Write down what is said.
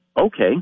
okay